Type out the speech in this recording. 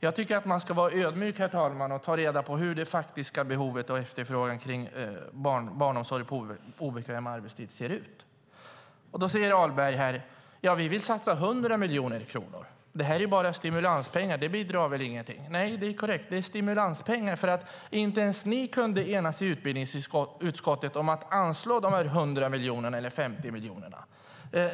Jag tycker att man ska vara ödmjuk, herr talman, och ta reda på hur det faktiska behovet och efterfrågan på barnomsorg på obekväm arbetstid ser ut. Då säger Ahlberg: Vi vill satsa 100 miljoner kronor. Det här är bara stimulanspengar, det bidrar väl inte till någonting. Det är korrekt. Det är stimulanspengar, för inte ens ni kunde enas i utbildningsutskottet om att anslå de 100 miljonerna eller de 50 miljonerna.